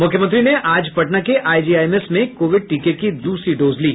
मुख्यमंत्री ने आज पटना के आईजीआईएमएस में कोविड टीके की द्सरी डोज ली